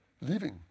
leaving